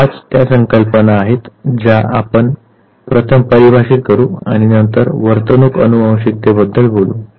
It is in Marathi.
ह्या पाच त्या संकाप्ना आहेत ज्या आपण प्रथम परिभाषित करू आणि नंतर आपण वर्तणूक अनुवांशिकतेबद्दल बोलू